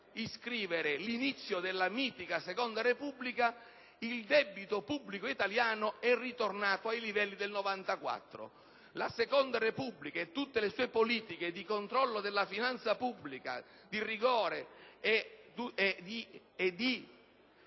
iscrivere l'inizio della mitica seconda Repubblica, il debito pubblico italiano è ritornato agli stessi livelli. La seconda Repubblica e tutte le sue politiche di controllo della finanza pubblica, di rigore e di